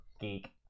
Geek